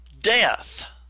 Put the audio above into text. death